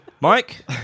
Mike